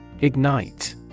Ignite